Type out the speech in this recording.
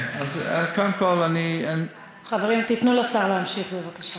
חברים, תיתנו לשר להמשיך, בבקשה.